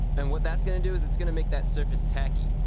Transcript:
and what that's going to do is it's going to make that surface tacky.